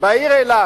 בעיר אילת.